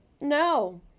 No